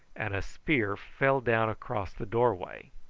and a spear fell down across the doorway.